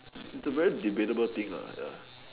it's a very debatable thing ya